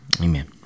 amen